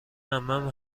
عمم